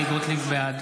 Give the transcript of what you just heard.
בעד